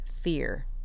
fear